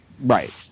Right